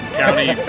county